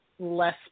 less